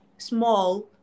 small